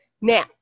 Now